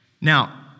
Now